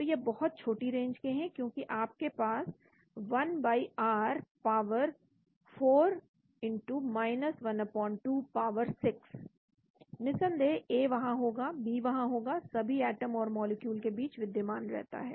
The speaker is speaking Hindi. तो यह बहुत छोटी रेंज के हैं क्योंकि आपके पास 1r पावर 4 ⅛ पावर 6 निसंदेह A वहां होगा B वहां होगा सभी एटम और मॉलिक्यूल के बीच विद्यमान रहता है